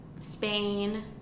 spain